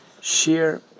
share